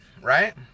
right